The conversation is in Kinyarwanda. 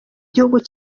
gihugu